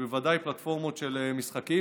ובוודאי בפלטפורמות של משחקים.